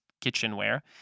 kitchenware